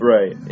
Right